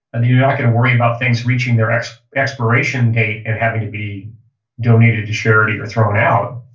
you're not going to worry about things reaching their expiration date and having to be donated to charity or thrown out.